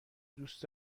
دوست